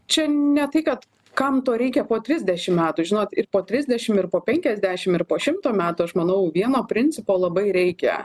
čia ne tai kad kam to reikia po trisdešim metų žinot ir po trisdešim ir po penkiasdešim ir po šimto metų aš manau vieno principo labai reikia